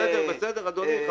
בסדר, אדוני.